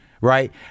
right